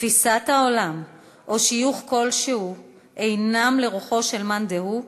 תפיסת העולם או שיוך כלשהו אינם לרוחו של מאן דהוא,